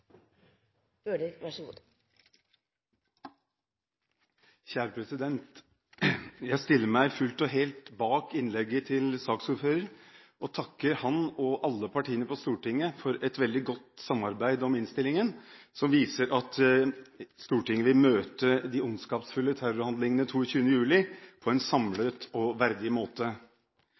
takker ham og alle partiene på Stortinget for et veldig godt samarbeid om innstillingen, som viser at Stortinget vil møte de ondskapsfulle terrorhandlingene 22. juli på en samlet og verdig måte.